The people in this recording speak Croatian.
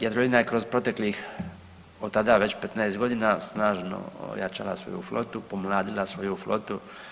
Jadrolinija je kroz proteklih od tada već 15.g. snažno ojačala svoju flotu, pomladila svoju flotu.